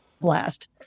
blast